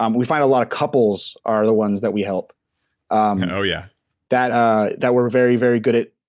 um we find a lot of couples are the ones that we help and oh yeah that ah that we're very, very good at,